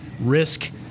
risk